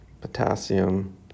potassium